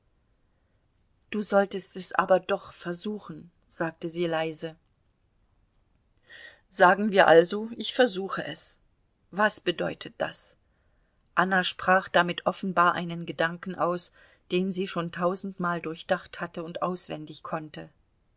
du solltest es aber doch versuchen sagte sie leise sagen wir also ich versuche es was bedeutet das anna sprach damit offenbar einen gedanken aus den sie schon tausendmal durchdacht hatte und auswendig konnte